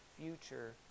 future